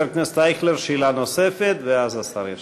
חבר הכנסת אייכלר, שאלה נוספת, ואז השר ישיב.